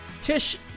Tish